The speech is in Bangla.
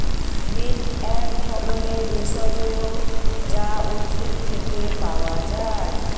মিন্ট এক ধরনের ভেষজ যা উদ্ভিদ থেকে পাওয় যায়